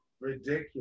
ridiculous